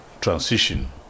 transition